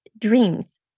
dreams